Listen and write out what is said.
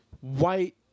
white